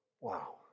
wow